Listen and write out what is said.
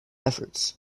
efforts